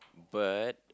but